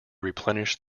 replenish